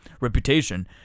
reputation